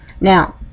now